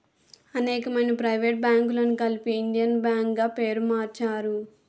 అనేకమైన ప్రైవేట్ బ్యాంకులను కలిపి ఇండియన్ బ్యాంక్ గా పేరు మార్చారు